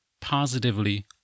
positively